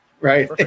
Right